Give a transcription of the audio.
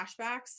flashbacks